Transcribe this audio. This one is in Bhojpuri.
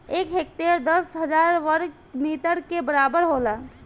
एक हेक्टेयर दस हजार वर्ग मीटर के बराबर होला